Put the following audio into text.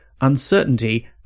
uncertainty